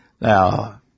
Now